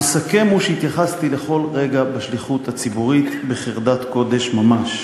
המסכם הוא שהתייחסתי לכל רגע בשליחות הציבורית בחרדת קודש ממש.